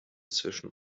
zwischen